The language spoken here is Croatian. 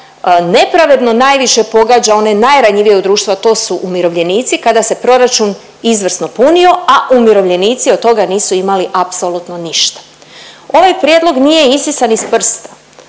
nepravedno najviše pogađa one najranjivije u društvu, a to su umirovljenici kada se proračun izvrsno punio, a umirovljenici od toga nisu imali apsolutno ništa. Ovaj prijedlog nije isisan iz prsta.